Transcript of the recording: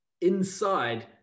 inside